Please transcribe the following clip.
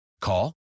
Call